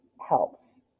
helps